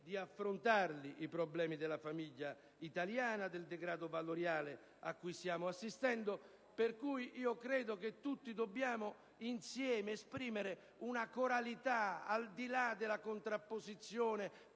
di affrontare i problemi della famiglia italiana e del degrado valoriale cui stiamo assistendo. Per questo credo che tutti insieme dobbiamo esprimere una coralità, al di là della contrapposizione